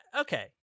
okay